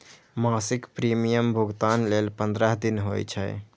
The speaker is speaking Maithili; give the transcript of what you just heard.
मासिक प्रीमियम भुगतान लेल पंद्रह दिन होइ छै